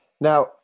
now